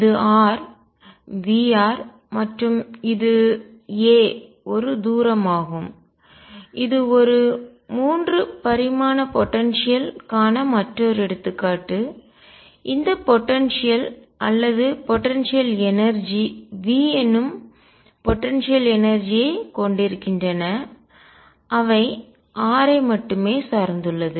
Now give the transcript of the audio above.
இது r V மற்றும் இது a ஒரு தூரமாகும் இது ஒரு 3 பரிமாண போடன்சியல் ஆற்றல் க்கான மற்றொரு எடுத்துக்காட்டு இந்த போடன்சியல் அல்லது போடன்சியல் எனர்ஜி ஆற்றல் V என்னும் போடன்சியல் எனர்ஜி ஐ ஆற்றல் கொண்டிருக்கின்றன அவை r ஐ மட்டுமே சார்ந்துள்ளது